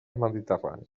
mediterrani